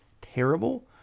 terrible